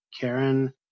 karen